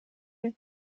und